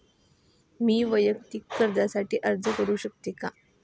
मी वैयक्तिक कर्जासाठी अर्ज करू शकतो का?